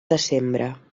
desembre